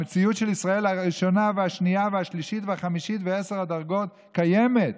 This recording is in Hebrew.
המציאות של ישראל הראשונה והשנייה והשלישית והחמישית ועשר הדרגות קיימת.